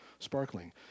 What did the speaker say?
sparkling